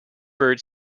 bird